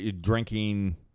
drinking